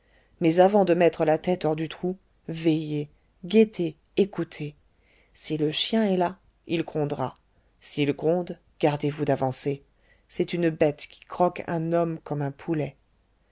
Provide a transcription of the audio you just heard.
mais avant de mettre la tête hors du trou veillez guettez écoutez si le chien est là il grondera s'il gronde gardez-vous d'avancer c'est une bête qui croque un homme comme un poulet